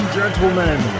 gentlemen